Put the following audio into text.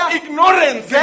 ignorance